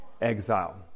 exile